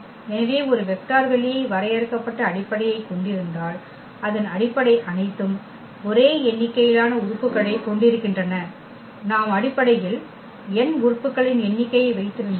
எனவே ஒரு வெக்டர் வெளியை வரையறுக்கப்பட்ட அடிப்படையைக் கொண்டிருந்தால் அதன் அடிப்படை அனைத்தும் ஒரே எண்ணிக்கையிலான உறுப்புகளைக் கொண்டிருக்கின்றன நாம் அடிப்படையில் n உறுப்புகளின் எண்ணிக்கையை வைத்திருந்தால்